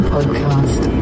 Podcast